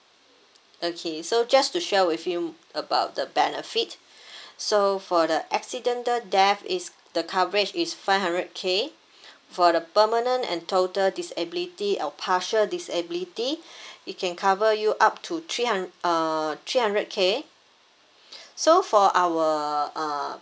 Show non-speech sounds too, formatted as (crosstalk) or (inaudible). okay so just to share with you m~ about the benefit (breath) so for the accidental death is the coverage is five hundred K for the permanent and total disability or partial disability it can cover you up to three hund~ uh three hundred K so for our uh